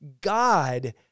God